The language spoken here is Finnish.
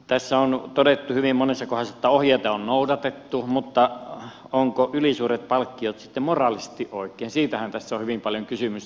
tässä on todettu hyvin monessa kohdassa että ohjeita on noudatettu mutta ovatko ylisuuret palkkiot sitten moraalisesti oikein siitähän tässä on hyvin paljon kysymys